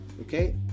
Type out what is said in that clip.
okay